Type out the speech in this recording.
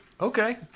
Okay